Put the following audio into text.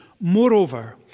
moreover